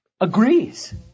agrees